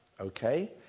Okay